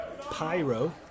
Pyro